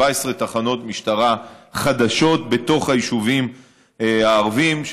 17 תחנות משטרה חדשות בתוך היישובים הערביים,